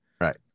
Right